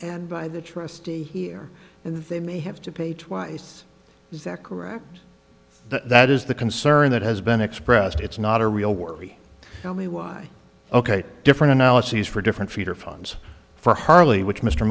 and by the trustee here they may have to pay twice is that correct that is the concern that has been expressed it's not a real worry tell me why ok different analyses for different feeder funds for harlee which mr